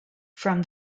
from